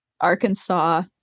Arkansas